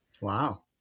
Wow